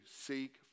Seek